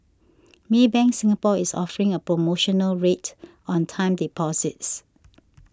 Maybank Singapore is offering a promotional rate on time deposits